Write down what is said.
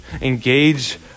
engage